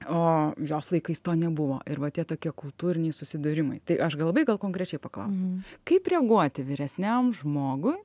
o jos laikais to nebuvo ir va tie tokie kultūriniai susidūrimai tai aš gal labai gal konkrečiai paklausiu kaip reaguoti vyresniam žmogui